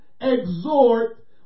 exhort